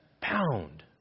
Pound